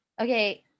okay